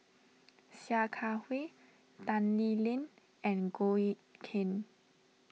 Sia Kah Hui Tan Lee Leng and Goh Eck Kheng